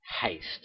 haste